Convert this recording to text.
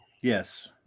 Yes